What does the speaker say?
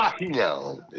no